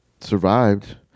survived